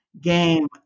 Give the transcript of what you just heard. game